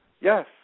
yes